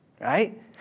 right